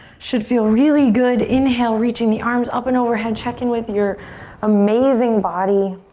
should feel really good. inhale, reaching the arms up and overhead. check in with your amazing body.